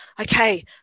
okay